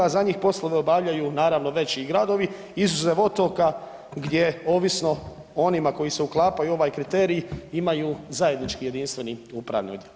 Za njih poslove obavljaju naravno veći gradovi izuzev otoka gdje ovisno o onima koji se uklapaju u ovaj kriterij imaju zajednički jedinstveni upravni odjel.